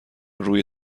روی